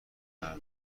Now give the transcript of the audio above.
مردم